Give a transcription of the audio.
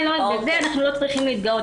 בזה אנחנו לא צריכים להתגאות.